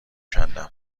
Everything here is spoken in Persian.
کندم